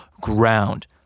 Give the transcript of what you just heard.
ground